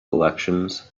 elections